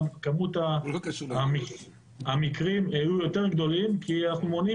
כמות המקרים היו יותר גדולים כי אנחנו מונעים